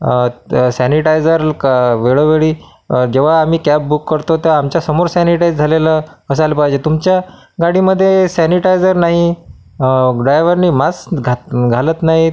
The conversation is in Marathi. सॅनिटायझर वेळोवेळी जेव्हा आम्ही कॅब बुक करतो तेव्हा आमच्या समोर सॅनिटाईज झालेलं असायला पाहिजे तुमच्या गाडीमध्ये सॅनिटायझर नाही ड्रायव्हरने मास्क घात घालत नाहीत